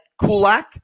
Kulak